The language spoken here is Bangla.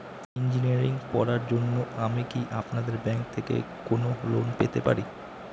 ইঞ্জিনিয়ারিং পড়ার জন্য আমি কি আপনাদের ব্যাঙ্ক থেকে কোন লোন পেতে পারি?